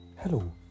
Hello